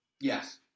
Yes